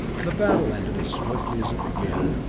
the battle ended as swiftly as it began,